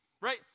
right